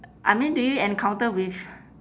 I mean do you encounter with